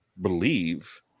believe